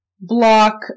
block